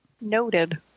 Noted